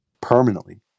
permanently